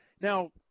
now